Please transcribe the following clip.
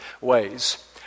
ways